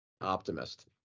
optimist